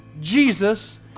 Jesus